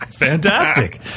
Fantastic